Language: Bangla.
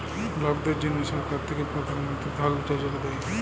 লকদের জ্যনহে সরকার থ্যাকে পরধাল মলতিরি ধল যোজলা দেই